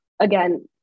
Again